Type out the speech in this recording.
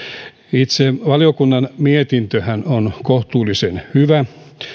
itse valiokunnan mietintöhän on kohtuullisen hyvä